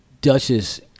Duchess